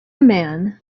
man